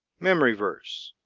memory verse,